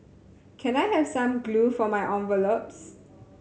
can I have some glue for my envelopes